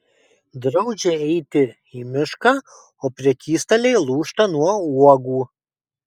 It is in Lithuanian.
draudžia eiti į mišką o prekystaliai lūžta nuo uogų